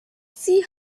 see